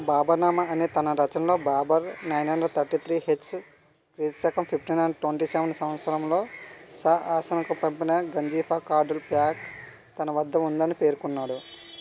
బాబర్నామా అనే తన రచనలో Babur nine hundred thirty three H క్రీస్తు శకం ఫిఫ్టీన్ హండ్రెడ్ ట్వంటీ సెవెన్ సంవత్సరంలో షాహసన్కు పంపిన గంజిఫా కార్డుల ప్యాక్ తన వద్ద ఉందని పేర్కొన్నాడు